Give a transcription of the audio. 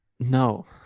No